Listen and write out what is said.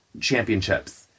Championships